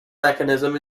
mechanism